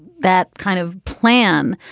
that kind of plan.